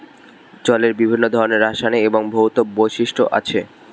জলের বিভিন্ন ধরনের রাসায়নিক এবং ভৌত বৈশিষ্ট্য আছে